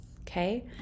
Okay